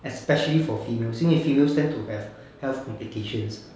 especially for female 因为 females tend to have health implications